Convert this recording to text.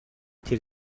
тэр